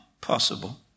possible